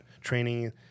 training